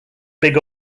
big